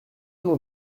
l’ont